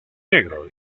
negro